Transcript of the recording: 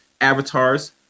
avatars